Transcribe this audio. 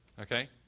okay